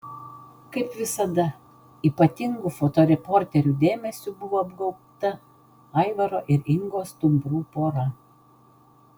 kaip visada ypatingu fotoreporterių dėmesiu buvo apgaubta aivaro ir ingos stumbrų pora